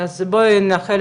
בואו נאחל